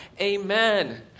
Amen